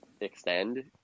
extend